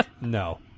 No